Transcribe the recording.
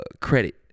credit